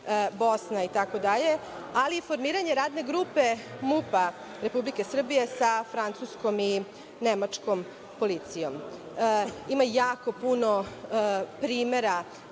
Bosna itd, ali i formiranje radne grupe MUP Republike Srbije sa Francuskom i Nemačkom policijom. Ima jako puno primera